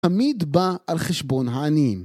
‫תמיד בא על חשבון העניים.